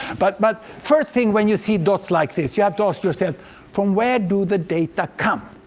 but but first thing, when you see dots like this, you have to ask yourself from where do the data come?